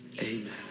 Amen